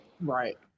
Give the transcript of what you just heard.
Right